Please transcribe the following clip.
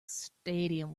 stadium